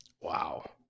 Wow